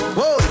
Whoa